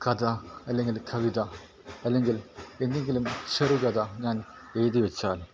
കഥ അല്ലെങ്കിൽ കവിത അല്ലെങ്കിൽ എന്തെങ്കിലും ചെറുകഥ ഞാൻ എഴുതി വച്ചാൽ